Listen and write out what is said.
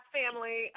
family